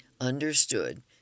understood